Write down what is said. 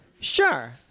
Sure